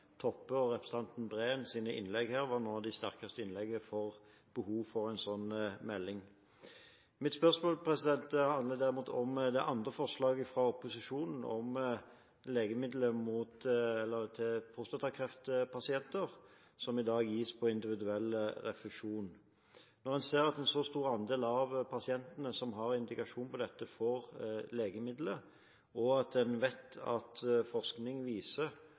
og representanten Breens innlegg her var noen av de sterkeste innleggene for behovet for en slik melding. Mitt spørsmål handler derimot om det andre forslaget fra opposisjonen: legemiddelet til prostatakreftpasienter som i dag gis på individuell refusjon. Når en ser at en så stor andel av pasientene som har indikasjon på dette, får legemiddelet, og en vet at forskning viser